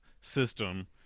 system